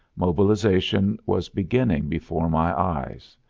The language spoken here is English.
mobilization was beginning before my eyes.